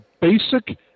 basic